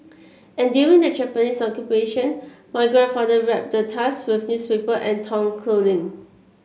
and during the Japanese Occupation my grandfather wrapped the tusk with newspaper and torn clothing